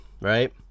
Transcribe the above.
right